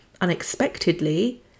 unexpectedly